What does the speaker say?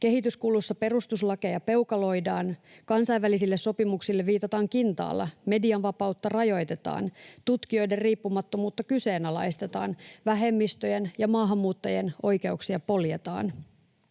Kehityskulussa perustuslakeja peukaloidaan, kansainvälisille sopimuksille viitataan kintaalla, median vapautta rajoitetaan, tutkijoiden riippumattomuutta kyseenalaistetaan, vähemmistöjen ja maahanmuuttajien oikeuksia poljetaan.